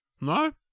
No